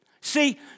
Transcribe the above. See